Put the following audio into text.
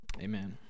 amen